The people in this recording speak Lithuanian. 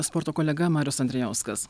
sporto kolega marius andrijauskas